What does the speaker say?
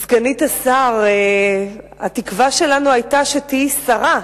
סגנית השר, התקווה שלנו היתה שתהיי שרה,